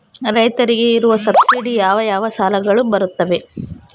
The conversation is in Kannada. ರೈತರಿಗೆ ಇರುವ ಸಬ್ಸಿಡಿ ಯಾವ ಯಾವ ಸಾಲಗಳು ಬರುತ್ತವೆ?